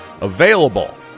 available